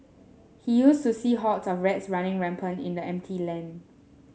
he used to see hordes of rats running rampant in the empty land